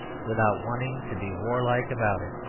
without wanting to be warlike about it.